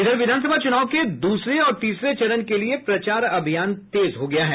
विधानसभा चूनाव के दूसरे और तीसरे चरण के लिये प्रचार अभियान तेज हो गया है